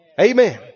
Amen